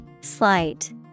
Slight